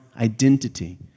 identity